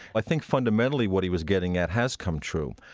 i think fundamentally what he was getting at has come true,